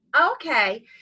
Okay